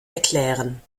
erklären